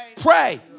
pray